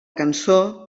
cançó